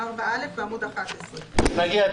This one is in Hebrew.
סעיף 4(א) בעמוד 11. תגיע.